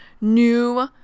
new